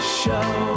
show